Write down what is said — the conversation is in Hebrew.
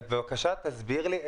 בבקשה, תסביר לי.